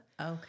Okay